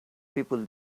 people